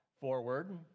forward